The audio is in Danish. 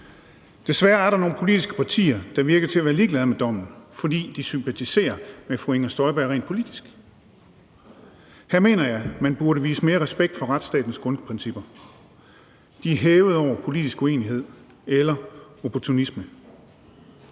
Desværre er der nogle politiske partier, der virker til at være ligeglade med dommen, fordi de sympatiserer med fru Inger Støjberg rent politisk. Her mener jeg, man burde vise mere respekt for retsstatens grundprincipper. De er hævet over politisk uenighed eller opportunisme.